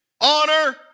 Honor